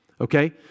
Okay